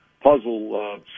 puzzle